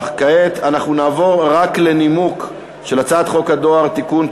כעת אנחנו נעבור רק לנימוק של הצעת חוק הדואר (תיקון,